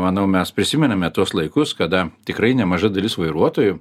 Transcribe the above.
manau mes prisimename tuos laikus kada tikrai nemaža dalis vairuotojų